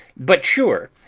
but, sure,